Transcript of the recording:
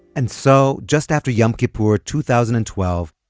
and so, just after yom kippur two thousand and twelve,